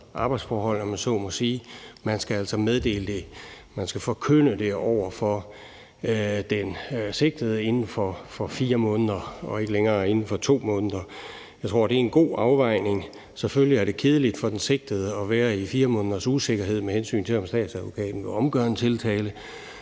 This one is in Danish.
arbejdsforhold, om jeg så må sige. Man skal forkynde det over for den sigtede inden for 4 måneder og ikke længere inden for 2 måneder. Jeg tror, det er en god afvejning. Selvfølgelig er det kedeligt for den sigtede at være i 4 måneders usikkerhed, med hensyn til om statsadvokaten vil omgøre en tiltale.